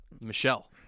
Michelle